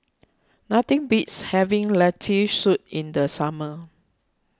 nothing beats having Lentil Soup in the summer